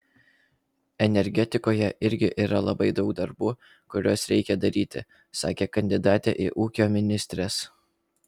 energetikoje irgi yra labai daug darbų kuriuos reikia daryti sakė kandidatė į ūkio ministres